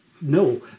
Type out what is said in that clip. No